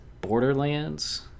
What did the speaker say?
Borderlands